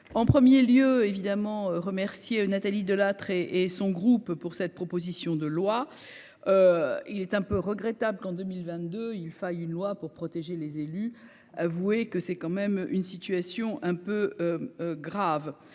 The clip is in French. en 1er lieu évidemment remercier Nathalie Delattre et et son groupe pour cette proposition de loi, il est un peu regrettable qu'en 2022, il faille une loi pour protéger les élus, avouez que c'est quand même une situation un peu grave,